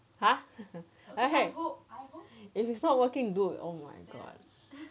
!huh! if it's not working we going to end